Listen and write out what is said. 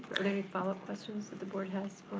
are there any follow-up questions that the board has